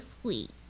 sweet